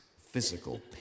physical